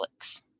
Netflix